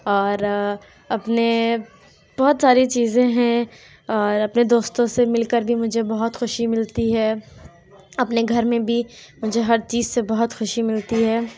اور اپنے بہت ساری چیزیں ہیں اور اپنے دوستوں سے مل کر بھی مجھے بہت خوشی ملتی ہے اپنے گھر میں بھی مجھے ہر چیز سے بہت خوشی ملتی ہے